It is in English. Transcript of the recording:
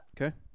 Okay